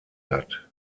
hat